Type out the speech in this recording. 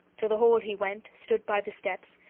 to the hall he went, stood by the steps,